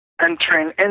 entering